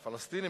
הפלסטינים,